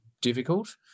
difficult